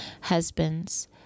Husbands